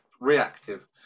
reactive